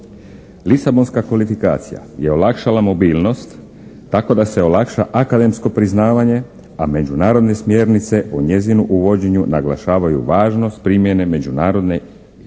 Lisabonska kvalifikacija je olakšala mobilnost tako da se olakša akademsko priznavanje, a međunarodne smjernice u njezinu uvođenju naglašavaju važnost primjene međunarodne i